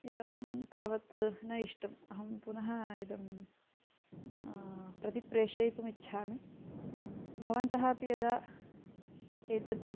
इदं तावत् न इष्टम् अहं पुनः इदं प्रतिप्रेषयितुमिच्छामि भवन्तः अपि यदा एतत्